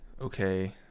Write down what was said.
okay